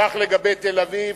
כך לגבי תל-אביב,